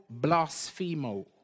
blasphemo